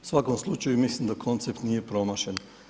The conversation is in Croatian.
U svakom slučaju mislim da koncept nije promašen.